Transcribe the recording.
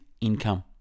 income